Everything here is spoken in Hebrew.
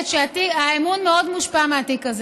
שבלי שום קשר לתיק הזה.